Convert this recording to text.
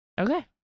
Okay